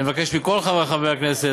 אני מבקש מכל חברי חברי הכנסת,